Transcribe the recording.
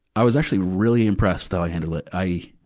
i was actually really impressed with how i handled it. i